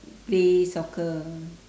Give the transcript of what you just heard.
play soccer